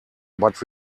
but